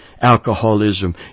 alcoholism